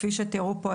כפי שתראו פה,